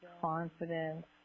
confidence